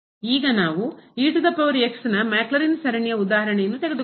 ಈಗ ನಾವು ಘಾತೀಯ ನ ಮ್ಯಾಕ್ಲೌರಿನ್ ಸರಣಿಯ ಉದಾಹರಣೆಯನ್ನು ತೆಗೆದುಕೊಳ್ಳೋಣ